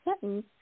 sentence